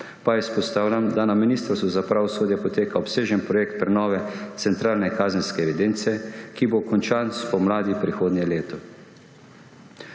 pa izpostavljam, da na Ministrstvu za pravosodje poteka obsežen projekt prenove centralne kazenske evidence, ki bo končan spomladi prihodnje leto.